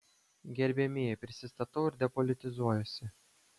gerbiamieji prisistatau ir depolitizuojuosi